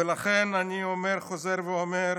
ולכן אני חוזר ואומר,